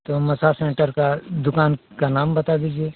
तो massage centre का दुकान का नाम बता दीजिए